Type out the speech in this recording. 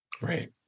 Right